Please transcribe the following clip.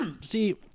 See